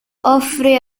offre